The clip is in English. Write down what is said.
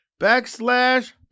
backslash